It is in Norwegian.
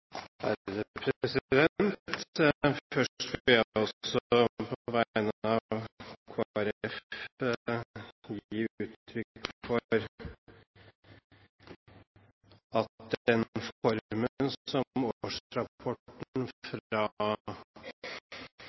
Først vil jeg også, på vegne av Kristelig Folkeparti, gi uttrykk for at årsrapporten fra sivilombudsmannen – som